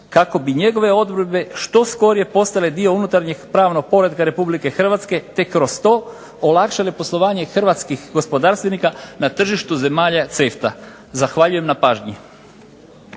kako bi njegove odredbe što skorije postale dio unutarnjeg pravnog poretka RH te kroz to olakšale poslovanje hrvatskih gospodarstvenika na tržištu zemalja Zakona o